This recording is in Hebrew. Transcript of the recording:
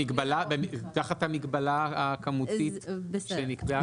תחת המגבלה הכמותית שנקבעה.